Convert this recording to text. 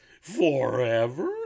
Forever